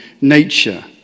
nature